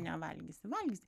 nevalgysi valgysi